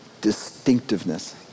distinctiveness